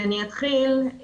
אני אתחיל,